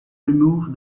remove